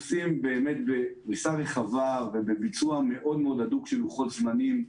בפריסה רחבה ובביצוע הדוק מאוד של לוחות זמנים.